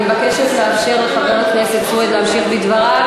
אני מבקשת לאפשר לחבר הכנסת סוייד להמשיך בדבריו.